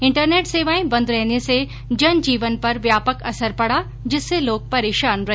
internet सेवायें बंद रहने से जनजीवन पर व्यापक असर पड़ा जिससे लोग परेशान रहे